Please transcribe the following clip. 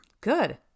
Good